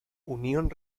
unión